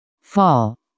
fall